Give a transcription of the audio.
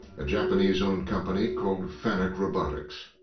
a japanese-owned company called fanuc robotics.